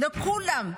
מה עוזר הכאב?